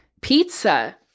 pizza